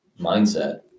mindset